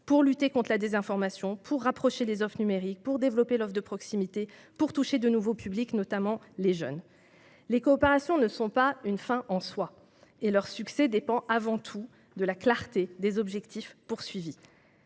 pour lutter contre la désinformation, pour rapprocher les offres numériques, pour développer l'offre de proximité et pour toucher de nouveaux publics, notamment les jeunes. Les coopérations ne sont pas une fin en soi, et leur succès dépend avant tout de la clarté des objectifs.